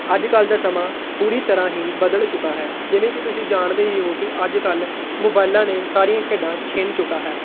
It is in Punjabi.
ਅੱਜ ਕੱਲ੍ਹ ਦਾ ਸਮਾਂ ਪੂਰੀ ਤਰ੍ਹਾਂ ਹੀ ਬਦਲ ਚੁੱਕਾ ਹੈ ਜਿਵੇਂ ਕਿ ਤੁਸੀਂ ਜਾਣਦੇ ਹੀ ਹੋ ਕਿ ਅੱਜ ਕੱਲ੍ਹ ਮੋਬਾਈਲਾਂ ਨੇ ਸਾਰੀਆਂ ਖੇਡਾਂ ਛਿਨ ਚੁੱਕਾ ਹੈ